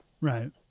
Right